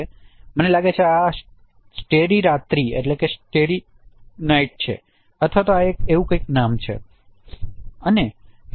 મને લાગે છે કે આ સ્ટેરી રાત્રી છે અથવા આ એક એવું કઇંક નામ છે